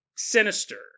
Sinister